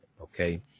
okay